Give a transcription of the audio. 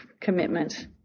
commitment